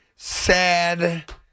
Sad